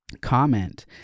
comment